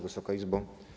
Wysoka Izbo!